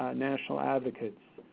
ah national advocates,